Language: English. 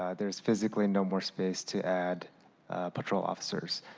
ah there is physically no more space to add patrol officers.